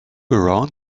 around